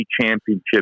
Championship